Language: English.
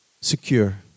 secure